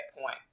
point